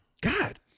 God